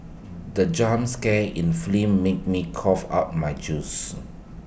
the jump scare in film made me cough out my juice